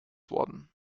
worden